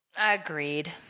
Agreed